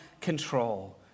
control